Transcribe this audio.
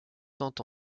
tant